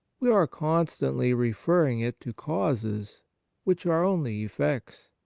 we are constantly re ferring it to causes which are only effects.